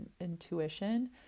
intuition